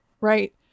right